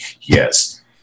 Yes